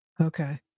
Okay